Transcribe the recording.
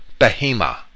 behemoth